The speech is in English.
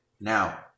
Now